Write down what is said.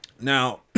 Now